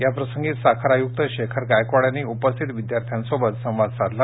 याप्रसंगी साखर आयुक्त शेखर गायकवाड यांनी उपस्थित विद्यार्थ्यांशी संवाद साधला